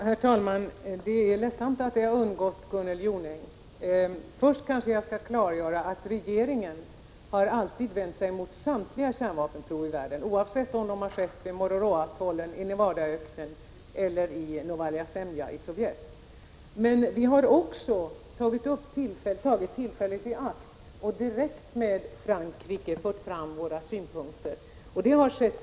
Herr talman! Det är ledsamt att detta har undgått Gunnel Jonäng. Först kanske jag skall klargöra att regeringen alltid har vänt sig mot samtliga kärnvapenprov i världen, oavsett om de har skett vid Mururoaatollen, i Nevadaöknen eller i Novaja Zemlja i Sovjetunionen. Men vi har också tagit tillfället i akt att föra fram våra synpunkter direkt till Frankrike.